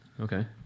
okay